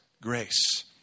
grace